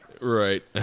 Right